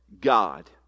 god